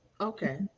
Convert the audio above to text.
Okay